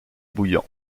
bouillon